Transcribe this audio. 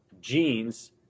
genes